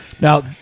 Now